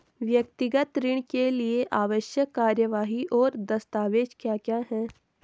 व्यक्तिगत ऋण के लिए आवश्यक कार्यवाही और दस्तावेज़ क्या क्या हैं?